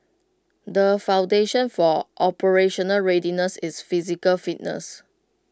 the foundation for operational readiness is physical fitness